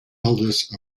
eldest